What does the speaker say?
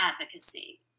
advocacy